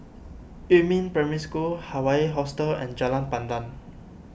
Yumin Primary School Hawaii Hostel and Jalan Pandan